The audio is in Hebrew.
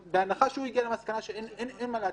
בהנחה שהוא הגיע למסקנה שאין מה לתת,